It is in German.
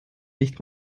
nicht